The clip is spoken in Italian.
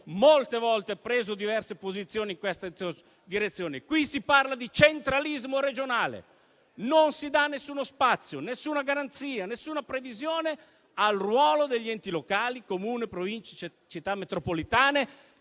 molte volte preso diverse posizioni in questa direzione. Qui si parla di centralismo regionale: non si dà nessuno spazio, nessuna garanzia, nessuna previsione al ruolo degli enti locali, Comuni, Province e Città metropolitane,